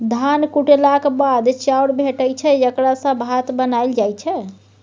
धान कुटेलाक बाद चाउर भेटै छै जकरा सँ भात बनाएल जाइ छै